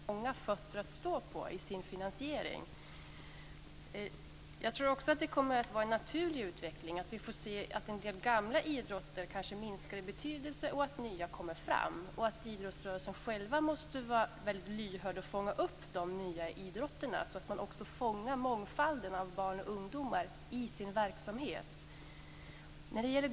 Fru talman! Jag missuppfattar gärna om Lennart Kollmats precis som jag anser att det är viktigt att det finns en bredd inom idrotten och många fötter att stå på i fråga om finansiering. Det kommer att vara en naturlig utveckling att en del gamla idrotter minskar i betydelse och att nya kommer fram. Idrottsrörelsen måste själv vara lyhörd och fånga upp de nya idrotterna. På så sätt fångas mångfalden av barn och ungdomar i verksamheten.